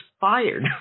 fired